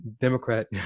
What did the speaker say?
Democrat